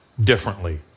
differently